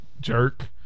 jerk